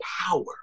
power